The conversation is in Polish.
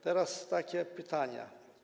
Teraz takie pytania.